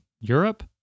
europe